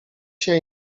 się